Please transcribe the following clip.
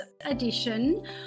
edition